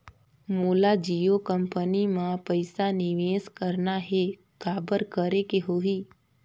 मोला जियो कंपनी मां पइसा निवेश करना हे, काबर करेके होही?